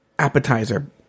Appetizer